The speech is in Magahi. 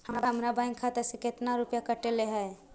हमरा बैंक खाता से कतना रूपैया कटले है?